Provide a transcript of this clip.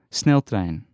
sneltrein